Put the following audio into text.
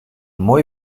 mooi